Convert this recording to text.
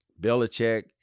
Belichick